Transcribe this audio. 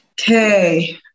Okay